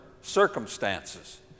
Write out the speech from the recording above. circumstances